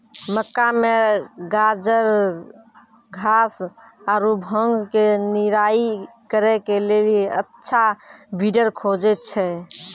मक्का मे गाजरघास आरु भांग के निराई करे के लेली अच्छा वीडर खोजे छैय?